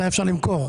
מתי אפשר למכור?